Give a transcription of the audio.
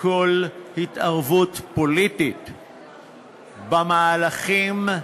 כל התערבות פוליטית במהלכים,